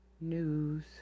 news